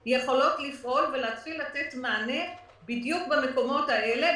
הן יכולות לפעול ולהתחיל לתת מענה בדיוק במקומות האלה,